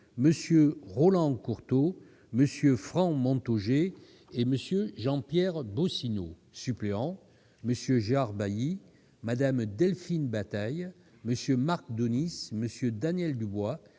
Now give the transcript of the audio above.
MM. Roland Courteau, Franck Montaugé et Jean-Pierre Bosino. Suppléants : M. Gérard Bailly, Mme Delphine Bataille, MM. Marc Daunis, Daniel Dubois,